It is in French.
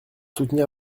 soutenir